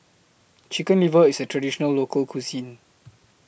Chicken Liver IS A Traditional Local Cuisine